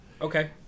Okay